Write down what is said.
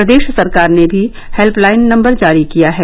प्रदेश सरकार ने भी हेत्यलाइन नम्बर जारी किया है